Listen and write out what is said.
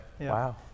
wow